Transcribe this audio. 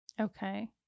Okay